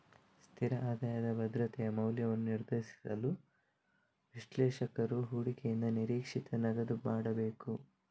ಸ್ಥಿರ ಆದಾಯದ ಭದ್ರತೆಯ ಮೌಲ್ಯವನ್ನು ನಿರ್ಧರಿಸಲು, ವಿಶ್ಲೇಷಕರು ಹೂಡಿಕೆಯಿಂದ ನಿರೀಕ್ಷಿತ ನಗದು ಮಾಡಬೇಕು